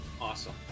Awesome